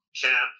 Cap